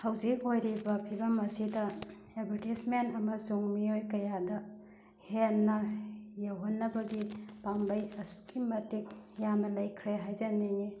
ꯍꯧꯖꯤꯛ ꯑꯣꯏꯔꯤꯕ ꯐꯤꯕꯝ ꯑꯁꯤꯗ ꯑꯦꯕꯔꯇꯤꯁꯃꯦꯟ ꯑꯃꯁꯨꯡ ꯃꯤꯑꯣꯏ ꯀꯌꯥꯗ ꯍꯦꯟꯅ ꯌꯧꯍꯟꯅꯕꯒꯤ ꯄꯥꯝꯕꯩ ꯑꯁꯨꯛꯀꯤ ꯃꯇꯤꯛ ꯌꯥꯝꯅ ꯂꯩꯈ꯭ꯔꯦ ꯍꯥꯏꯖꯅꯤꯡꯏ